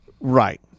right